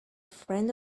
friend